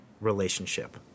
relationship